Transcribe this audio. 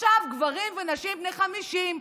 עכשיו גברים ונשים בני 50,